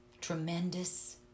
tremendous